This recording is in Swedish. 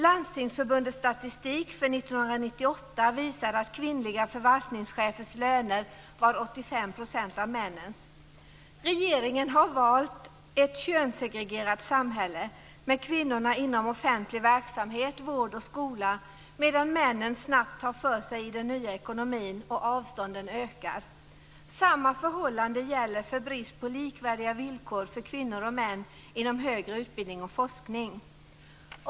Landstingsförbundets statistik för 1998 visar att kvinnliga förvaltningschefers löner var 85 % av männens. Regeringen har valt ett könssegregerat samhälle, med kvinnorna inom offentlig verksamhet, vård och skola, medan männen snabbt tar för sig i den nya ekonomin och avstånden ökar. Samma förhållande gäller för brist på likvärdiga villkor för kvinnor och män inom högre utbildning och forskning.